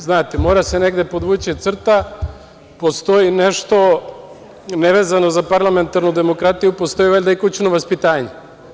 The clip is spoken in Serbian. Znate, mora se negde podvući crta, postoji nešto nevezano za parlamentarnu demokratiju, postoji valjda i kućno vaspitanje.